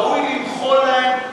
ראוי למחול להם,